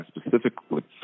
specifically